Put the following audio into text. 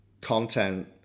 content